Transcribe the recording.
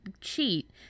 cheat